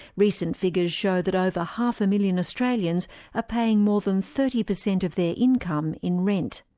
recent figures show that over half a million australians are paying more than thirty percent of their income in rent.